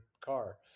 car